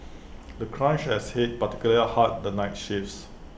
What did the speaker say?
the crunch has hit particularly hard the night shifts